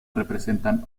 representan